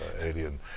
alien